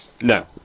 No